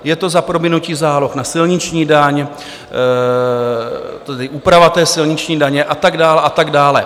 Je to za prominutí záloh na silniční daň, úprava silniční daně a tak dále a tak dále.